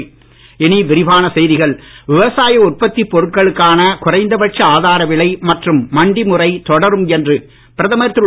பிரதமர் மோடி விவசாய உற்பத்தி பொருள்களுக்கான குறைந்த பட்ச ஆதார விலை மற்றும் மண்டி முறை தொடரும் என்று பிரதமர் திரு